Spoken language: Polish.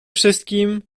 wszystkim